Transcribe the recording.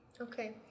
Okay